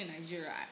Nigeria